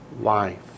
life